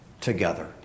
together